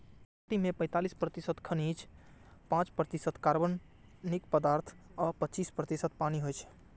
माटि मे पैंतालीस प्रतिशत खनिज, पांच प्रतिशत कार्बनिक पदार्थ आ पच्चीस प्रतिशत पानि होइ छै